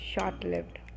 short-lived